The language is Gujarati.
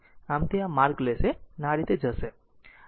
આમ તે આ માર્ગ લેશે તે આ રીતે જશે